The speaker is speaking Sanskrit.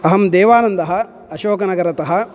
अहं देवानन्दः अशोकनगरतः